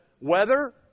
weather